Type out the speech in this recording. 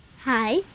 Hi